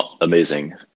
amazing